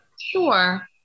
Sure